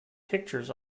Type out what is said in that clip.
pictures